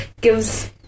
gives